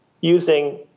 using